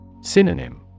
Synonym